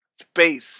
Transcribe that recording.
space